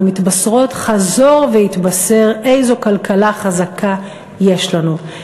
מתבשרות חזור והתבשר איזו כלכלה חזקה יש לנו,